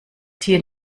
tier